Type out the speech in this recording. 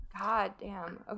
Goddamn